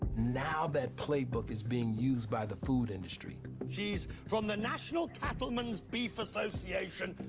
now, that playbook is being used by the food industry. she's from the national cattlemen's beef association.